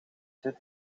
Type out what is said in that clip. zit